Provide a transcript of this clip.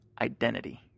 identity